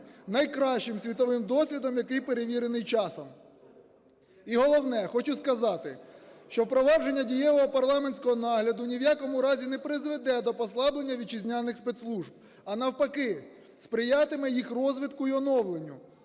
найкращим світовим досвідом, який перевірений часом. І головне. Хочу сказати, що впровадження дієвого парламентського нагляду ні в якому разі не призведе до послаблення вітчизняних спецслужб, а навпаки – сприятиме їх розвитку і оновленню,